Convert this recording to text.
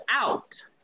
out